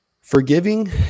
forgiving